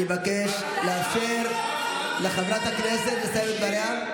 אני מבקש לאפשר לחברת הכנסת לסיים את דבריה.